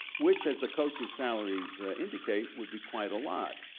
which, as the coaches salaries indicate, would be quite a lot.